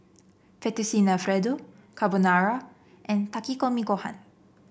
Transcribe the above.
Fettuccine Alfredo Carbonara and Takikomi Gohan